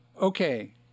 Okay